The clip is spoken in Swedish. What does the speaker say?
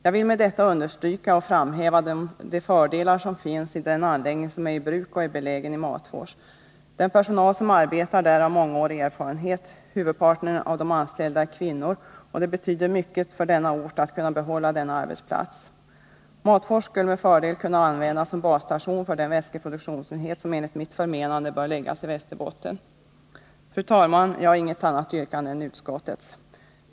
Jag vill med detta understryka de fördelar som finns i den anläggning som är i bruk i Matfors. Den personal som arbetar där har mångårig erfarenhet. Huvudparten av de anställda är kvinnor, och det betyder mycket för orten att kunna behålla denna arbetsplats. Matfors skulle med fördel kunna användas som basstation för den vätskeproduktionsenhet som enligt mitt förmenande bör förläggas till Västerbotten. Fru talman! Jag har inget annat yrkande än utskottets.